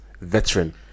veteran